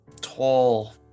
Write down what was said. tall